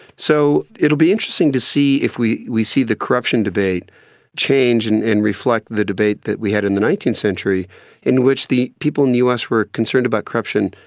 so it will be interesting to see if we we see the corruption debate change and reflect the debate that we had in the nineteenth century in which the people in the us were concerned about corruption,